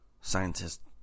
scientists